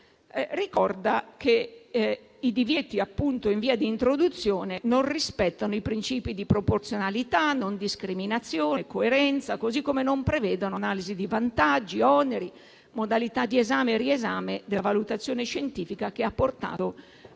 ricorda è che i divieti in via di introduzione non rispettano i principi di proporzionalità, di non discriminazione e di coerenza, così come non prevedono analisi di vantaggi, oneri e modalità di esame e riesame della valutazione scientifica che ha portato